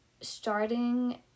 starting